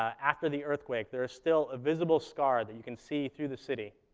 after the earthquake, there is still a visible scar that you can see through the city,